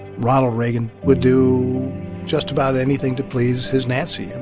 ronald reagan would do just about anything to please his nancy. and